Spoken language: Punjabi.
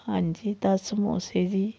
ਹਾਂਜੀ ਦਸ ਸਮੋਸੇ ਜੀ